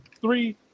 three